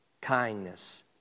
kindness